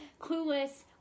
clueless